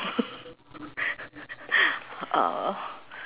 uh